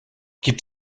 gibt